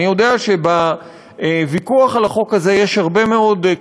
אני יודע שבוויכוח על החוק הזה יש הרבה מאוד,